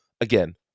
again